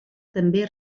també